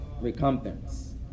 recompense